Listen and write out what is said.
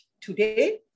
today